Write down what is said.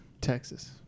Texas